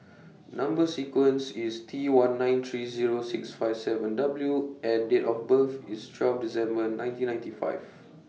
Number sequence IS T one nine three Zero six five seven W and Date of birth IS twelve December nineteen ninety five